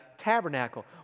tabernacle